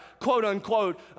quote-unquote